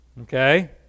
okay